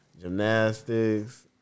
gymnastics